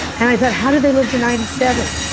and i thought how do they live to ninety seven?